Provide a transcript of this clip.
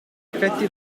effetti